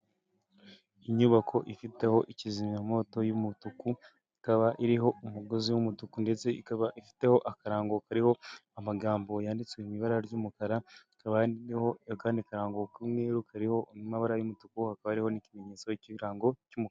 Inyubako ifiteho ikizimyamoto y'umutuku, ikaba iriho umugozi w'umutuku ndetse ikaba ifiteho akarango kariho amagambo yanditswe mu ibara ry'umukara, hakaba hariho akandi karango k'umweru kariho amabara y'umutuku, hakaba hariho n'ikimenyetso cy'ibirango cy'umutuku.